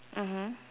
mmhmm